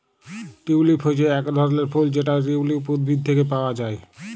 tulip হচ্যে এক ধরলের ফুল যেটা টিউলিপ উদ্ভিদ থেক্যে পাওয়া হ্যয়